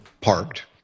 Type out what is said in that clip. parked